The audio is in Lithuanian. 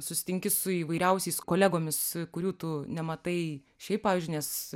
susitinki su įvairiausiais kolegomis kurių tu nematai šiaip pavyzdžiui nes